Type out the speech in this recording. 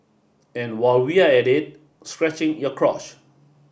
and while we're at it scratching your crotch